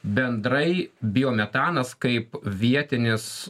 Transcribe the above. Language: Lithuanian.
bendrai biometanas kaip vietinis